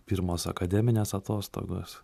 pirmos akademinės atostogos